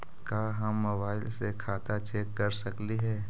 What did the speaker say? का हम मोबाईल से खाता चेक कर सकली हे?